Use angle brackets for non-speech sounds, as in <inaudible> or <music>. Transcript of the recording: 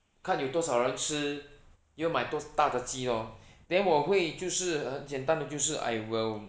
看有多少人吃就买多大的鸡 lor <breath> then 我会就是很简单的就是 I will